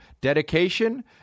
dedication